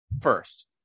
First